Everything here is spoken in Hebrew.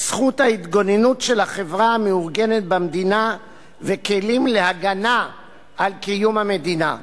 "זכות ההתגוננות של החברה המאורגנת במדינה וכלים להגנה על קיום המדינה".